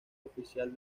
oficial